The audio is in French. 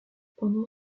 pendant